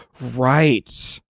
Right